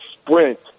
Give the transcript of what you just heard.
sprint